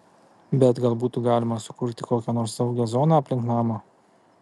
bet gal būtų galima sukurti kokią nors saugią zoną aplink namą